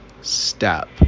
step